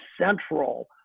central